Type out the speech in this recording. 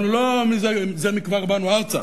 אנחנו זה מכבר באנו ארצה.